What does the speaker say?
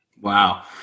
Wow